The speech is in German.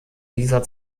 dieser